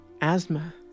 Asthma